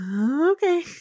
Okay